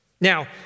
Now